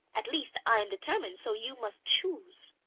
at least i am determined, so you must choose.